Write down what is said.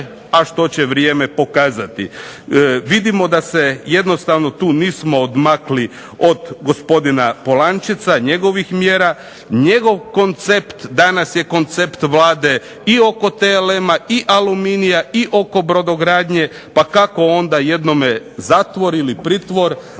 a što će vrijeme pokazati. Vidimo da se jednostavno tu nismo odmakli od gospodina Polančeca, njegovih mjera, njegov koncept danas je koncept Vlade i oko TLM-a, i aluminija, i oko brodogradnje, pa kako onda jednome zatvor ili pritvor,